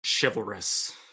chivalrous